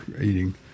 eating